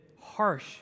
harsh